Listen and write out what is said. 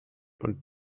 und